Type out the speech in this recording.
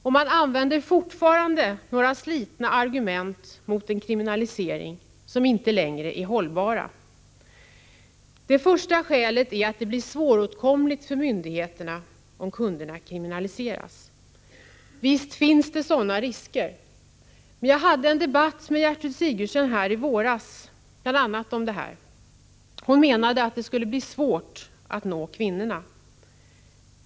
Utskottet använder fortfarande tre slitna argument, som inte längre är hållbara, mot en kriminalisering. Det första skälet är att prostitutionen blir svåråtkomlig för myndigheterna om kunderna kriminaliseras. Visst finns det sådana risker. Jag hade en debatt med Gertrud Sigurdsen i våras där vi bl.a. diskuterade detta. Hon menade att det kunde bli svårt att nå kvinnorna.